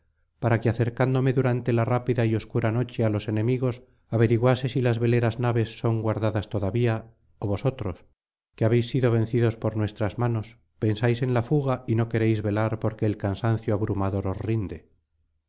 para que acercándome durante la rápida y obscura noche á los enemigos averiguase si las veleras naves son guardadas todavía ó vosotros que habéis sido vencidos por nuestras manos pensáis en la fuga y no queréis velar porque el cansancio abrumador os rinde